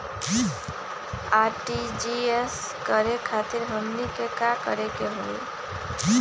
RTGS करे खातीर हमनी के का करे के हो ई?